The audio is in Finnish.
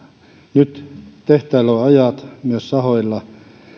nyt tehtailla on ne ajat myös sahoilla